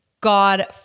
God